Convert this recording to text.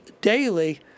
daily